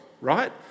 right